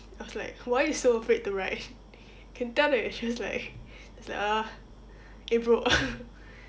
I was like why you so fake to write can tell that you are just like just like ugh eh okay bro